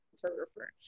photographer